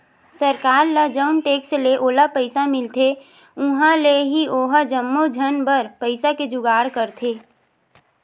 सरकार ल जउन टेक्स ले ओला पइसा मिलथे उहाँ ले ही ओहा जम्मो झन बर पइसा के जुगाड़ करथे